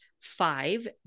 five